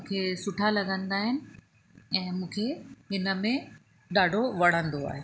मूंखे सुठा लॻंदा आहिनि ऐं मूंखे हिन में ॾाढो वणंदो आहे